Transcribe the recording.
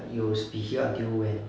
like you will be here until when